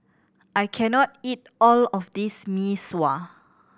I can not eat all of this Mee Sua